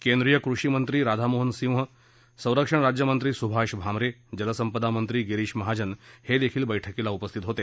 केंद्रीय कृषीमंत्री राधामोहन सिंह संरक्षण राज्यमंत्री सुभाष भामरे जलसंपदा मंत्री गिरीष महाजन बैठकीला उपस्थित होते